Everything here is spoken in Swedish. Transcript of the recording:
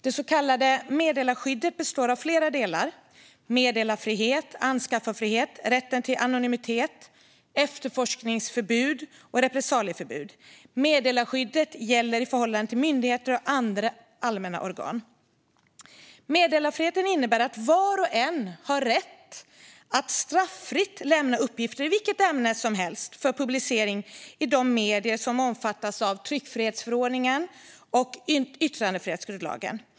Det så kallade meddelarskyddet består av flera delar: meddelarfrihet, anskaffarfrihet, rätt till anonymitet, efterforskningsförbud och repressalieförbud. Meddelarskyddet gäller i förhållande till myndigheter och andra allmänna organ. Meddelarfriheten innebär att var och en har rätt att straffritt lämna uppgifter i vilket ämne som helst för publicering i de medier som omfattas av tryckfrihetsförordningen och yttrandefrihetsgrundlagen.